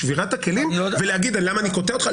לשבירת הכלים ולהגיד למה אני קוטע אותך.